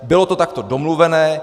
Bylo to takto domluveno.